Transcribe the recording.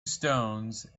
stones